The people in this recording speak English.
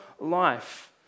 life